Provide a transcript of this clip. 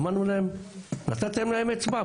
אמרנו להם: נתתם להם אצבע?